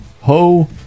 ho